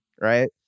right